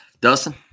Dustin